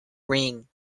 ring